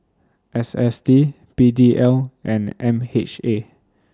S S T P D L and M H A